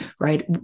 right